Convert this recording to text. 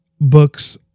books